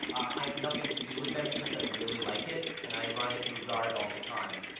i have nothing to do with them except i really like it and i run it through guard all the time.